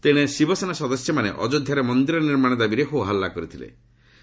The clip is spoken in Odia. ତେଣେ ଶିବସେନା ସଦସ୍ୟମାନେ ଅଯୋଧ୍ୟାରେ ମନ୍ଦିର ନିର୍ମାଣ ଦାବିରେ ହୋହାଲ୍ଲୁ କରିଥିଳେ